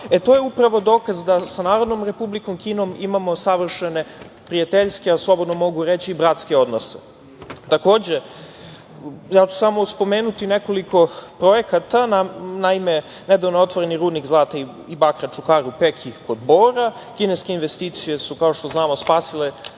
E to je upravo dokaz da sa Narodnom Republikom Kinom imamo savršene prijateljske, a slobodno mogu reći i bratske odnose. Takođe, spomenuću samo nekolik projekata. Naime, nedavno je otvoren i rudnik zlata i bakra „Čukaru Peki“ kod Bora. Kineske investicije su, kao što znamo, spasile